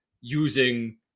using